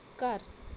ਘਰ